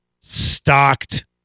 stocked